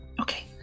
Okay